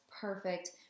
perfect